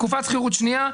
תקופת שכירות שנייה,